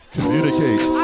Communicate